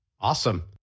Awesome